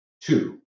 two